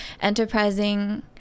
enterprising